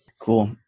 Cool